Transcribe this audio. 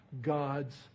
God's